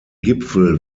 gipfel